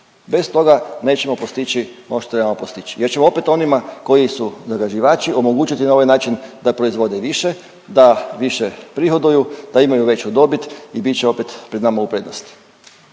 Bez toga nećemo postići ono što trebamo postići jer ćemo opet onima koji su zagađivači omogućiti na ovaj način da proizvode više, da više prihoduju, da imaju veću dobit i bit će opet pred nama u prednosti.